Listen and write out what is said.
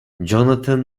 johnathan